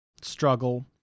struggle